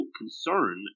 concern